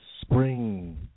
Spring